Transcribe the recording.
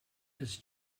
his